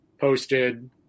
posted